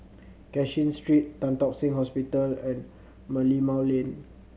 Cashin Street Tan Tock Seng Hospital and Merlimau Lane